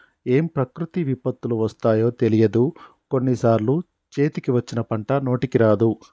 ఏం ప్రకృతి విపత్తులు వస్తాయో తెలియదు, కొన్ని సార్లు చేతికి వచ్చిన పంట నోటికి రాదు